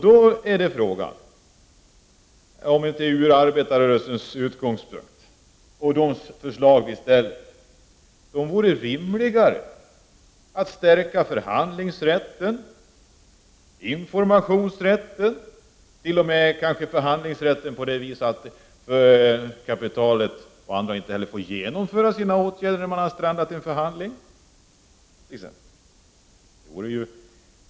Då är frågan om det inte från arbetarrörelsens utgångspunkt vore rimligare att lägga fram förslag om att stärka förhandlingsrätten och informationsrätten, kanske t.o.m. förhandlingsrätten på det viset att kapitalet inte heller får genomföra sina åtgärder när man har strandat en förhandling.